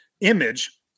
image